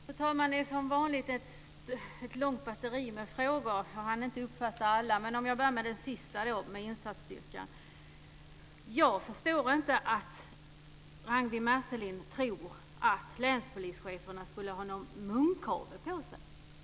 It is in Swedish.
Fru talman! Det är som vanligt ett stort batteri av frågor. Jag hann inte uppfatta alla, men jag börjar med den sista om insatsstyrkan. Jag förstår inte att Ragnwi Marcelind tror att länspolischeferna skulle ha någon munkavle på sig.